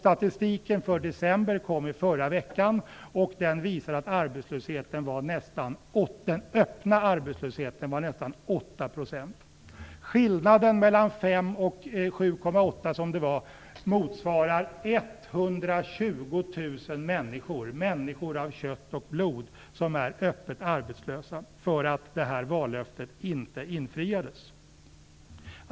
Statistiken för december kom i förra veckan, och den visar att den öppna arbetslösheten var nästan 8 %. Skillnaden mellan 5 % och 7,8 %, som det var, motsvarar 120 000 människor, människor av kött och blod, som är öppet arbetslösa för att det här vallöftet inte infriades.